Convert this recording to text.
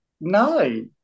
no